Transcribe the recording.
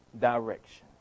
Direction